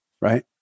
Right